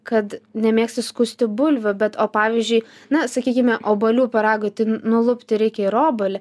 kad nemėgsti skusti bulvių bet o pavyzdžiui na sakykime obuolių pyragui tai nulupti reikia ir obuolį